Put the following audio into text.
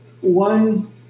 One